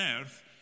earth